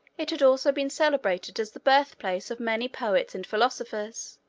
it had also been celebrated as the birth-place of many poets and philosophers,